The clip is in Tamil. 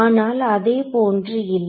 ஆனால் அதேபோன்று இல்லை